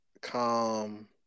calm